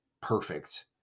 perfect